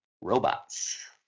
Robots